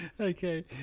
Okay